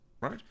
right